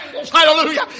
Hallelujah